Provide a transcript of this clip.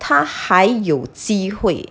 她还有机会